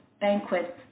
banquets